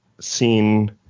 seen